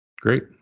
great